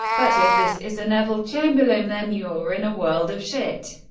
but if this is a neville chamberlain then you're in a world of shit.